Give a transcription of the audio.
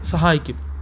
സഹായിക്കും